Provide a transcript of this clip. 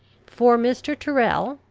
for mr. tyrrel,